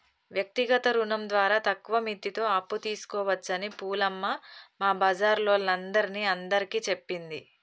వ్యక్తిగత రుణం ద్వారా తక్కువ మిత్తితో అప్పు తీసుకోవచ్చని పూలమ్మ మా బజారోల్లందరిని అందరికీ చెప్పింది